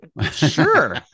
sure